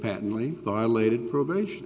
patently violated probation